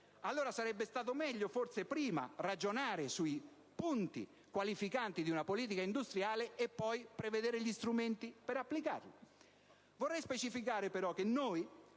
allora sarebbe stato meglio ragionare prima sui punti qualificanti di una politica industriale e poi prevedere gli strumenti per applicarla. Vorrei specificare che noi